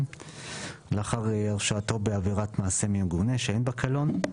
לאחר הרשעתו בעבירת מעשה מגונה שאין בה קלון.